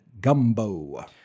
Gumbo